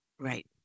right